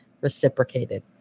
reciprocated